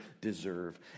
deserve